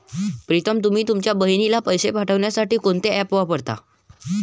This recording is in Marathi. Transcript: प्रीतम तुम्ही तुमच्या बहिणीला पैसे पाठवण्यासाठी कोणते ऍप वापरता?